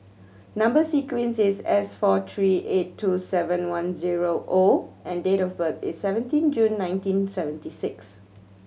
number sequence is S four three eight two seven one zero O and date of birth is seventeen June nineteen seventy six